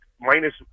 minus